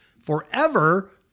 forever